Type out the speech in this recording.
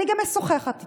אני גם משוחחת איתם.